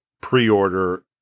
pre-order